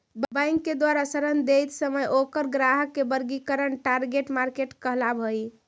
bank के द्वारा ऋण देइत समय ओकर ग्राहक के वर्गीकरण टारगेट मार्केट कहलावऽ हइ